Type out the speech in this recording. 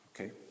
Okay